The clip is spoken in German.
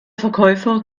verkäufer